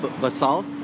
basalt